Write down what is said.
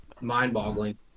mind-boggling